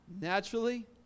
Naturally